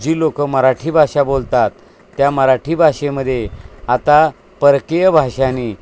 जी लोकं मराठी भाषा बोलतात त्या मराठी भाषेमध्ये आता परकीय भाषांनी